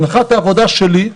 הנחת העבודה שלי,